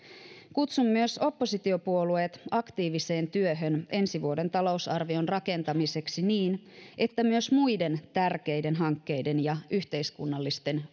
kutsun myös oppositiopuolueet aktiiviseen työhön ensi vuoden talousarvion rakentamiseksi niin että myös muiden tärkeiden hankkeiden ja yhteiskunnallisten